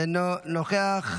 אינו נוכח.